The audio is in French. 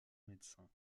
médecins